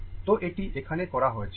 তো এটি এখানে করা হয়েছে